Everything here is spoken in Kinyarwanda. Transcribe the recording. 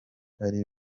ari